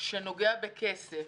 שנוגע בכסף.